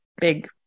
big